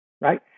right